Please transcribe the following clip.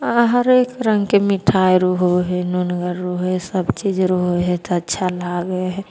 अँ हरेक रङ्गके मिठाइ रहै हइ नुनगर रहै हइ सबचीज रहै हइ तऽ अच्छा लागै हइ